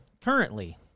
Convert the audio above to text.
currently